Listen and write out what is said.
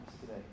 today